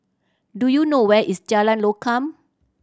do you know where is Jalan Lokam